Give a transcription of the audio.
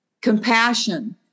compassion